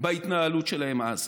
בהתנהלות שלהם אז.